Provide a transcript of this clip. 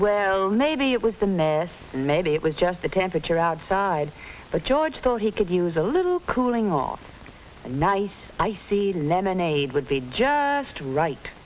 well maybe it was the mess maybe it was just the temperature outside but george thought he could use a little cooling or a nice icy lemonade would be just right